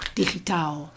digitaal